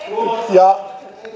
ja